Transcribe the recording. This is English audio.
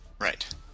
Right